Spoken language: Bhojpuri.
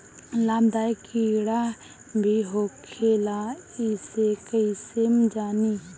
लाभदायक कीड़ा भी होखेला इसे कईसे जानी?